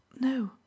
No